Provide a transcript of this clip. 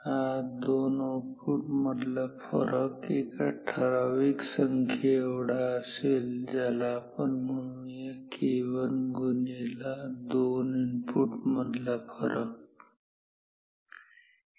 हा दोन आउटपुट मधला फरक एका ठराविक संख्याएवढा असेल ज्याला म्हणूया k1 गुणिले दोन इनपुट मधला फरक